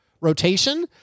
rotation